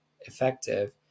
effective